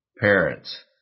parents